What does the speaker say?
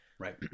Right